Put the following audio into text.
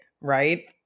right